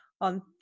on